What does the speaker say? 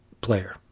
player